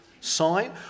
sign